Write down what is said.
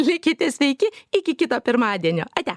likite sveiki iki kito pirmadienio ate